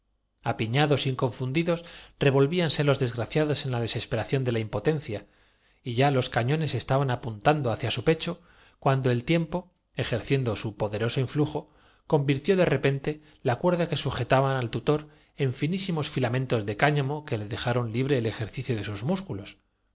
vayan volvíanse los desgraciados en la desesperación de la empequeñeciendo hasta que concluyan por desaparecer una vez traspuesto el impotencia y ya los cañones estaban apuntados hacia instante de su natalicio su pecho cuando el tiempo ejerciendo su poderoso sublime idea influjo convirtió de repente la cuerda que sujetaba al y forzando el graduador la tutor en finísimos filamentos de cáñamo que le dejaron máquina se puso á fun cionar con una rapidez vertiginosa libre el ejercicio de sus músculos